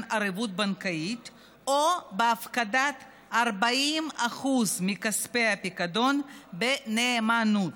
ערבות בנקאית או בהפקדת 40% מכספי הפיקדון בנאמנות.